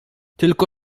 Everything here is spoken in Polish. tylko